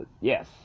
Yes